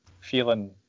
feeling